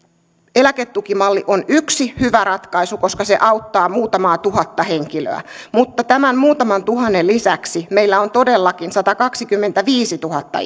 eläketukimalli on yksi hyvä ratkaisu koska se auttaa muutamaa tuhatta henkilöä mutta tämän muutaman tuhannen lisäksi meillä on todellakin satakaksikymmentäviisituhatta